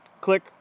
Click